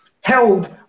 held